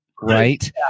right